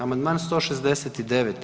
Amandman 169.